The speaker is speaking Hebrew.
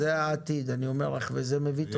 זה העתיד וזה מביא תוצאה.